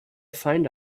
find